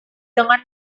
dengan